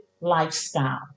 lifestyle